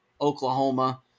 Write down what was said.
Oklahoma